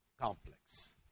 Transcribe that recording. complex